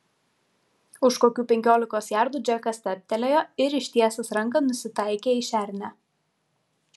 už kokių penkiolikos jardų džekas stabtelėjo ir ištiesęs ranką nusitaikė į šernę